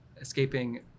escaping